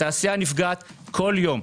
התעשייה נפגעת כל יום.